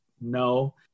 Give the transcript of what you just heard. no